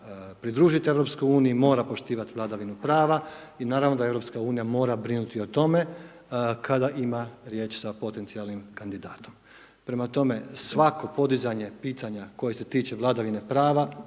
uniji mora poštivati vladavinu prava i naravno a Europska unija mora brinuti o tome kada ima riječ sa potencijalnim kandidatom. Prema tome svako podizanje pitanja koje se tiče vladavine prava